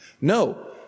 No